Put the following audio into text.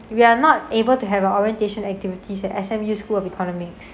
we are not able to have our orientation activities at S_M_U school of economics